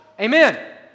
amen